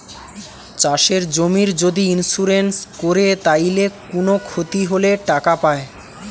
চাষের জমির যদি ইন্সুরেন্স কোরে তাইলে কুনো ক্ষতি হলে টাকা পায়